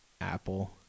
apple